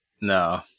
No